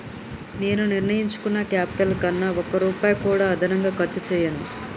నేను నిర్ణయించుకున్న క్యాపిటల్ కన్నా ఒక్క రూపాయి కూడా అదనంగా ఖర్చు చేయను